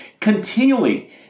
continually